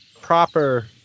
proper